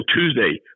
Tuesday